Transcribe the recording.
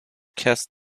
cast